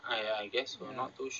ya